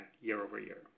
year-over-year